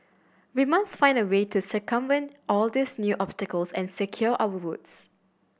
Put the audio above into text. we must find a way to circumvent all these new obstacles and secure our votes